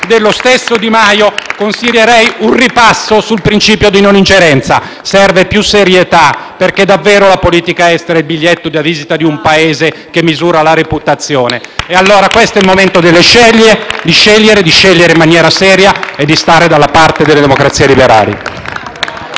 dello stesso Di Maio, consiglierei un ripasso sul principio di non ingerenza. Serve più serietà, perché davvero la politica estera è il biglietto da visita di un Paese con cui si misura la reputazione. *(Applausi dal Gruppo PD)*. E allora questo è il momento di scegliere, di farlo in maniera seria e di stare dalla parte delle democrazie liberali.